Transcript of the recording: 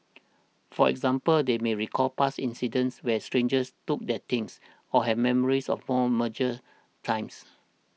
for example they may recall past incidents where strangers took their things or have memories of more meagre times